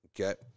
Okay